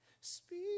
Speak